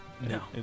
No